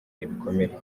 ibikomere